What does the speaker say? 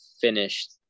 finished